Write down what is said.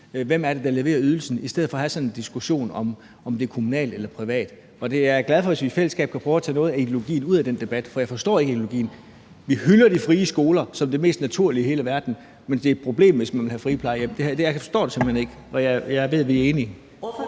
skal levere ydelsen; i stedet for har vi en diskussion om, om det skal være kommunalt eller privat. Jeg er glad for, hvis vi i fællesskab kan prøve at få taget noget af ideologien ud af den debat, for jeg forstår ikke ideologien. Vi hylder de frie skoler som det mest naturlige i hele verden, men det er et problem, hvis man vil have friplejehjem. Jeg forstår det simpelt hen ikke. Og jeg ved, vi er enige.